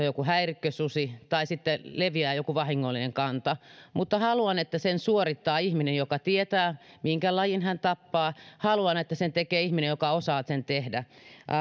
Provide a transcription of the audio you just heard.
joku häirikkösusi tai sitten leviää joku vahingollinen kanta mutta haluan että sen suorittaa ihminen joka tietää minkä lajin hän tappaa haluan että sen tekee ihminen joka osaa sen tehdä